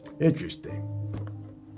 interesting